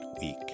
week